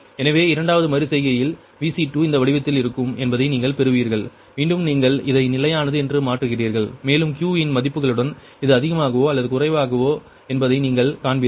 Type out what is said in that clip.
எனவே இரண்டாவது மறு செய்கையில் Vc2 இந்த வடிவத்தில் இருக்கும் என்பதை நீங்கள் பெறுவீர்கள் மீண்டும் நீங்கள் இதை நிலையானது என்று மாற்றுகிறீர்கள் மேலும் Q இன் மதிப்புகளுடன் இது அதிகமாகவோ அல்லது குறைவாகவோ என்பதை நீங்கள் காண்பீர்கள்